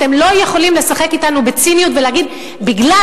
אתם לא יכולים לשחק אתנו בציניות ולהגיד: בגלל